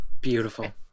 Beautiful